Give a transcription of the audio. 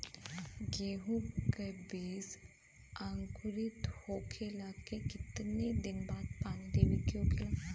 गेहूँ के बिज अंकुरित होखेला के कितना दिन बाद पानी देवे के होखेला?